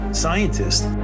scientists